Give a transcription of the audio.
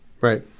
Right